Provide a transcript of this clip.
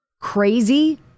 Crazy